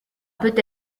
peut